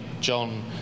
John